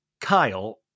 Kyle